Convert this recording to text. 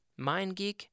MindGeek